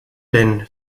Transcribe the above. denn